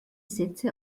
sätze